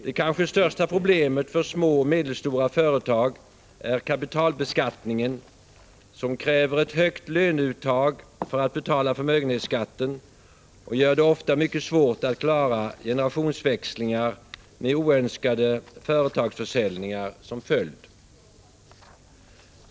Det kanske största problemet för små och medelstora företag är kapitalbeskattningen, som kräver ett högt löneuttag för att betala förmögenhetsskatten och ofta gör det mycket svårt att klara generationsväxlingar med oönskade företagsförsäljningar som följd.